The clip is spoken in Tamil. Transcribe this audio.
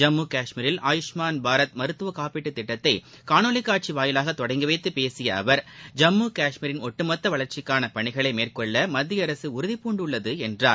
ஜம்மு கஷ்மீரில் ஆயுஷ்மான் பாரத் செஹாத் எனப்படும் மருத்துவ காப்பீட்டுத் திட்டத்தை காணொலி காட்சி வாயிலாக தொடங்கிவைத்து பேசிய அவர் ஜம்மு காஷ்மீரின் ஒட்டுமொத்த வளர்ச்சிக்காள பணிகளை மேற்கொள்ள மத்திய அரசு உறுதிபூண்டுள்ளது என்றார்